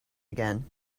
again